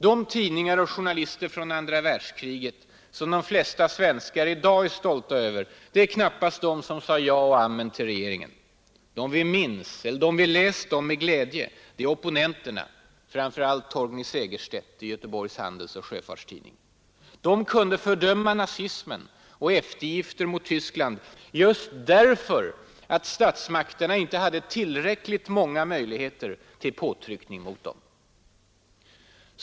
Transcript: De tidningar och journalister från andra världskriget som de flesta svenskar i dag är stolta över är knappast de som sade ja och amen till regeringen. De vi minns eller läst om med glädje är opponenterna, framför allt Torgny Segerstedt i Göteborgs Handelsoch Sjöfarts-Tidning. De kunde fördöma nazismen och eftergifter mot Tyskland just därför att statsmakterna inte hade tillräckligt många möjligheter till påtryckning mot dem.